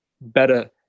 better